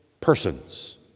persons